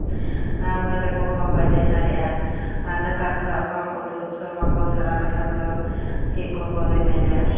ᱟᱨ ᱢᱟᱹᱭ ᱛᱟᱠᱚ ᱦᱚᱸ ᱵᱟᱠᱚ ᱮᱱᱮᱡ ᱫᱟᱲᱮᱭᱟᱜᱼᱟ ᱟᱨ ᱱᱮᱛᱟᱨ ᱠᱷᱚᱱᱟᱜ ᱦᱚᱸ ᱵᱟᱢ ᱩᱫᱩᱜ ᱥᱮ ᱵᱟᱠᱚ ᱥᱮᱬᱟ ᱞᱮᱠᱷᱟᱱ ᱫᱚ ᱪᱮᱫ ᱠᱚᱠᱚ ᱮᱱᱮᱡᱟ